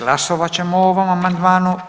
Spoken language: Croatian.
Glasovat ćemo o ovom amandmanu.